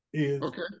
Okay